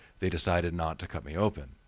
they decided not to cut me open.